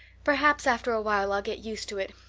perhaps after a while i'll get used to it,